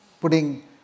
putting